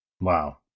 Wow